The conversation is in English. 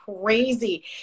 crazy